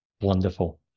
Wonderful